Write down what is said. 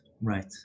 right